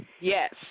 Yes